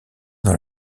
dans